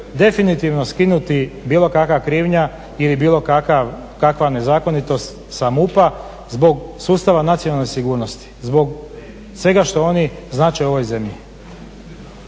definitivno skinuti bilo kakva krivnja ili bilo kakva nezakonitost sa MUP-a zbog sustava nacionalne sigurnosti, zbog svega što oni znače u ovoj zemlji.